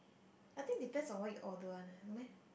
I think depends on what you order one leh no meh